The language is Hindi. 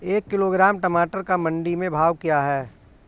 एक किलोग्राम टमाटर का मंडी में भाव क्या है?